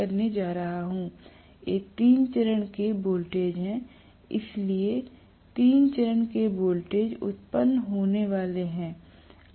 ये तीन चरण के वोल्टेज हैं इसलिए तीन चरण के वोल्टेज उत्पन्न होने वाले हैं